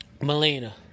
Melina